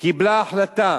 קיבל החלטה